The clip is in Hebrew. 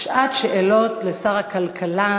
שעת שאלות לשר הכלכלה.